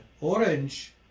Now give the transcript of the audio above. orange